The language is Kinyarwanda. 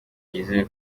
yizeye